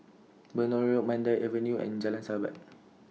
Benoi Road Mandai Avenue and Jalan Sahabat